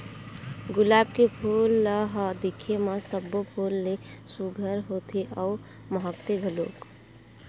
गुलाब के फूल ल ह दिखे म सब्बो फूल ले सुग्घर होथे अउ महकथे घलोक